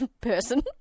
person